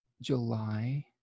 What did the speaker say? July